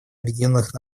объединенных